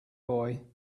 boy